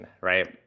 right